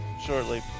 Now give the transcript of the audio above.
shortly